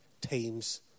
teams